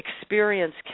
experience